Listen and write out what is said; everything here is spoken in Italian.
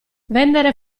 vendere